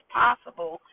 possible